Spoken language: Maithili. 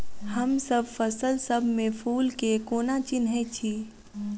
हमसब फसल सब मे फूल केँ कोना चिन्है छी?